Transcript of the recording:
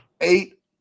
Eight